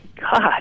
God